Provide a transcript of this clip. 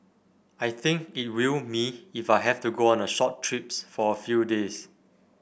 I think it will me if I have to go on short trips for a few days